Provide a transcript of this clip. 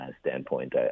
standpoint